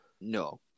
No